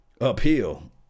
uphill